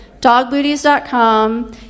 Dogbooties.com